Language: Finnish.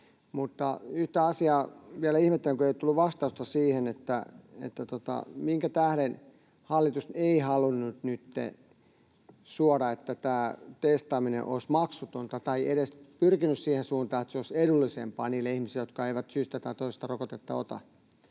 Yhtä asiaa vielä ihmettelen, kun ei ole tullut vastausta siihen: Minkä tähden hallitus ei halunnut nytten suoda, että testaaminen olisi maksutonta, tai edes pyrkinyt siihen suuntaan, että se olisi edullisempaa niille ihmisille, jotka eivät syystä tai toisesta rokotetta ota?